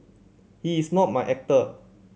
he is not my actor